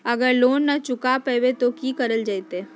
अगर लोन न चुका पैबे तो की करल जयते?